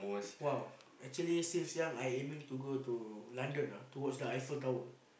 !wow! actually since young I aiming to go London ah towards the Eiffel-Tower